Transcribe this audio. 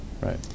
right